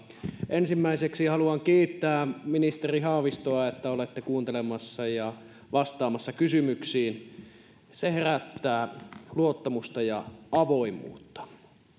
ensimmäiseksi haluan kiittää ministeri haavistoa että olette kuuntelemassa ja vastaamassa kysymyksiin se herättää luottamusta ja avoimuutta